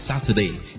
Saturday